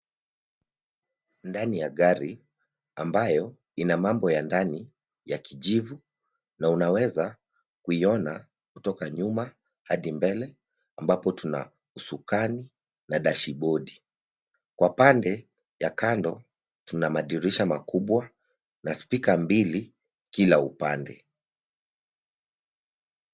Ndani ya gari ambayo ina mambo ya ndani ya kijivu na unaweza kuiona kutoka nyumba hadi mbele ambapo tu sukani na dashibodi. Kwa pande ya kando tuna madirisha makubwa na spika mbili kila upande.